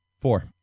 Four